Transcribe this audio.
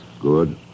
Good